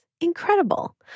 Incredible